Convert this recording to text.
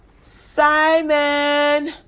Simon